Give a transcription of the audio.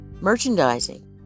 merchandising